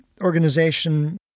organization